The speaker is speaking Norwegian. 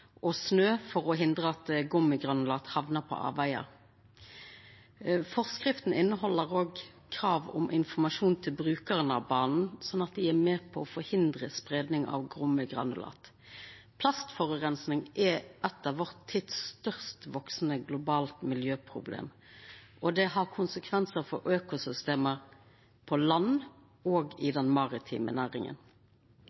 og snø for å hindra at gummigranulat hamnar på avvegar. Forskrifta inneheld òg krav om informasjon til brukarane av banen, slik at dei er med på å hindra spreiing av gummigranulat. Plastforureining er eit av vår tids sterkast veksande globale miljøproblem. Det har konsekvensar for økosystem på land og i